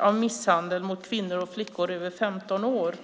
av misshandel mot kvinnor och flickor över 15 år.